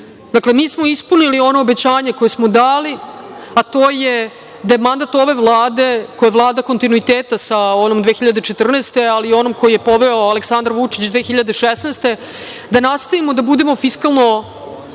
reši. Dakle, mi smo ispunili ono obećanje koje smo dali, a to je da je mandat ove Vlade, koja je Vlada kontinuiteta sa onom iz 2014. godine, ali i onom koju je poveo Aleksandar Vučić 2016. godine, da nastavimo da budemo fiskalno